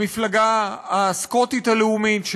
המפלגה הסקוטית הלאומית,